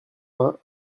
vingts